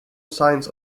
signs